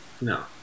No